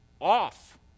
off